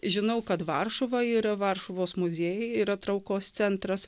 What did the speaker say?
žinau kad varšuva ir varšuvos muziejai yra traukos centras